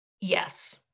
Yes